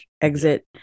exit